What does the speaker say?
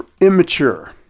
immature